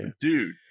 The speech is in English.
dude